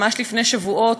ממש לפני שבועות,